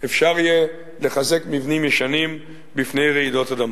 אפשר יהיה לחזק מבנים ישנים בפני רעידות אדמה.